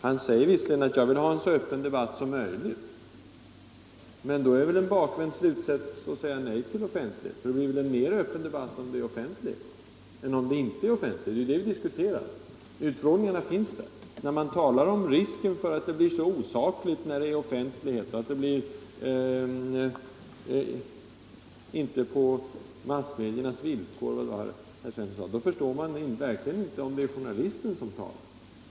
Han påstår visserligen att han vill ha en så öppen debatt som möjligt, men då är det en bakvänd slutsats att säga nej till offentlighet. Det blir väl en mera öppen debatt, om utfrågningarna är offentliga? Och utfrågningarna finns ju redan. Herr Svensson säger att det skulle bli så osakligt när det är offentlighet, att referaten från utskotten skulle ske på massmediernas villkor osv. Jag förstår verkligen inte att det är en journalist som talar.